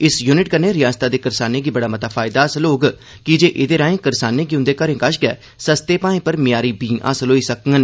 इस युनिट कन्नै रिआसता दे करसानें गी बड़ा मता फायदा हासल होग कीजे एह्दे राए करसानें गी उंदे घरें कश गै सस्ते भाए पर मय्यारी बींड हासल होई सकडन